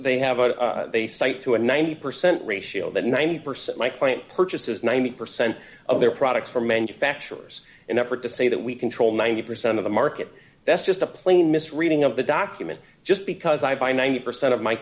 they have a they cite to a ninety percent ratio that ninety percent my client purchases ninety percent of their products from manufacturers an effort to say that we control ninety percent of the market that's just a plain misreading of the document just because i buy ninety percent of my